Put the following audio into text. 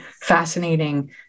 fascinating